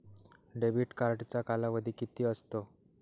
Debit कार्डचा कालावधी किती असतो?